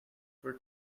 for